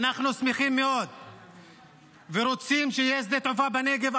אנחנו שמחים מאוד ורוצים שיהיה שדה תעופה בנגב,